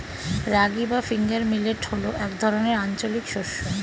রাগী বা finger millet হল এক ধরনের আঞ্চলিক শস্য